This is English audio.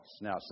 Now